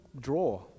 draw